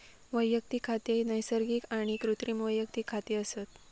वैयक्तिक खाती नैसर्गिक आणि कृत्रिम वैयक्तिक खाती असत